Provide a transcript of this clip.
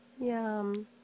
Yum